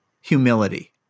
humility